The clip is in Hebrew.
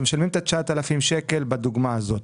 את ה-9,000 ₪ בדוגמה הזו.